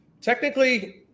Technically